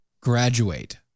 graduate